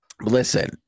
Listen